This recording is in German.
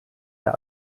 der